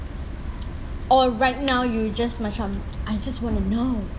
or right now you just macam I just want to know